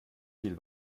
viel